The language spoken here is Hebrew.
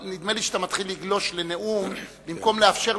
אבל נדמה לי שאתה מתחיל לגלוש לנאום במקום לאפשר